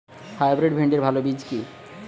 Hybrid ভিন্ডির ভালো বীজ কি?